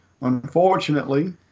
Unfortunately